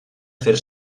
fer